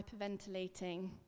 hyperventilating